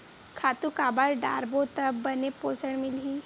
खातु काबर डारबो त बने पोषण मिलही?